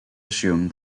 assume